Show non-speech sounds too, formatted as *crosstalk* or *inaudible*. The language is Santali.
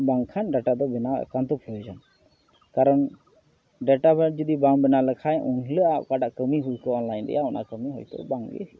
ᱵᱟᱝᱠᱷᱟᱱ ᱰᱟᱴᱟᱫᱚ ᱵᱮᱱᱟᱣ ᱮᱠᱟᱱᱛᱚ ᱯᱨᱚᱭᱳᱡᱚᱱ ᱠᱟᱨᱚᱱ ᱰᱮᱴᱟᱵᱟᱴ ᱡᱩᱫᱤ ᱵᱟᱢ ᱵᱮᱱᱟᱣ ᱞᱮᱠᱷᱟᱱ ᱩᱱᱦᱤᱞᱳᱜᱼᱟᱜ ᱚᱠᱴᱟᱜ ᱠᱟᱹᱢᱤ ᱦᱩᱭᱠᱚᱜᱼᱟ ᱚᱱᱞᱟᱭᱤᱱ ᱨᱮᱭᱟᱜ ᱚᱱᱟ ᱠᱟᱹᱢᱤ ᱦᱚᱭᱛᱚ ᱵᱟᱝᱜᱮ *unintelligible*